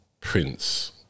Prince